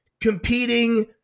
competing